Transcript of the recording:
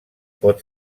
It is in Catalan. pot